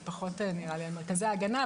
נראה לי שזה פחות מרכזי ההגנה,